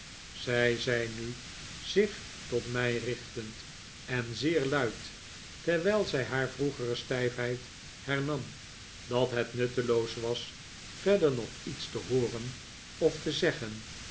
zij zei nu zich tot mij richtend en zeer luid terwijl zij haar vroegere stijfheid hernam dat het nutteloos was verder nog iets te hooren of te zeggen